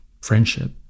friendship